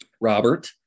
Robert